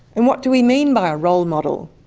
and what do we mean by a role model?